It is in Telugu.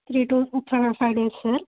త్రీ టు చాలా ఫైవ్ డేస్ సార్